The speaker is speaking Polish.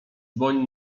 dłoń